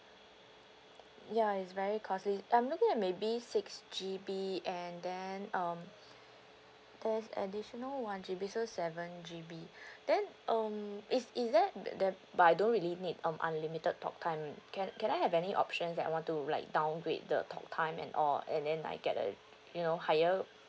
ya it's very costly I'm looking at maybe six G_B and then um there's additional one G_B so seven G_B then um is is there there but I don't really need um unlimited talk time can can I have any options that I want to like downgrade the talk time and all and then like get a you know higher